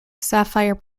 sapphire